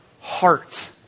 Heart